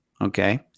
Okay